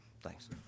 Thanks